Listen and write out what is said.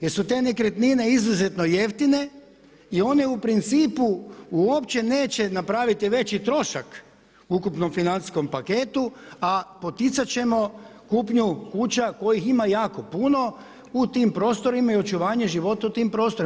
Jer su te nekretnine izuzetno jeftine i one u principu uopće neće napraviti veći trošak ukupnom financijskom paketu, a poticat ćemo kupnju kuća kojih ima jako puno u tim prostorima i očuvanje života u tim prostorima.